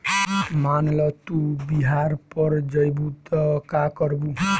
मान ल तू बिहार पड़ जइबू त का करबू